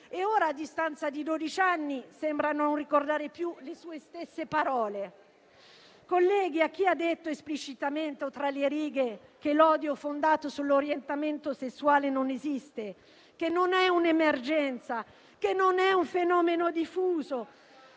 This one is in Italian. E ora, a distanza di dodici anni, sembra non ricordare più le sue stesse parole. Colleghi, a chi ha detto - esplicitamente o tra le righe - che l'odio fondato sull'orientamento sessuale non esiste, che non è un'emergenza, che non è un fenomeno diffuso,